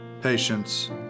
patience